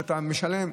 כשאתה משלם,